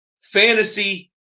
fantasy